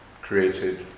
created